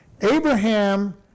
Abraham